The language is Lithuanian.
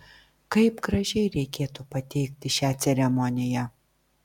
kaip gražiai reikėtų pateikti šią ceremoniją